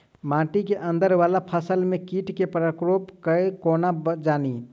माटि केँ अंदर वला फसल मे कीट केँ प्रकोप केँ कोना जानि?